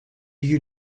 you